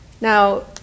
Now